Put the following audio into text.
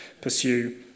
pursue